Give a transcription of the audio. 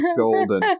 golden